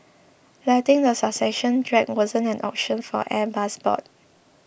letting the succession drag wasn't an option for Airbus's board